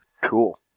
Cool